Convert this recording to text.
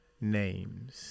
names